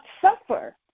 suffer